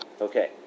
Okay